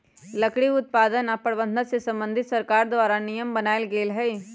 लकड़ी उत्पादन आऽ प्रबंधन से संबंधित सरकार द्वारा नियम बनाएल गेल हइ